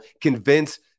convince